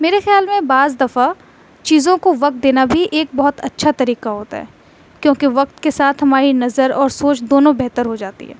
میرے خیال میں بعض دفعہ چیزوں کو وقت دینا بھی ایک بہت اچھا طریقہ ہوتا ہے کیونکہ وقت کے ساتھ ہماری نظر اور سوچ دونوں بہتر ہو جاتی ہے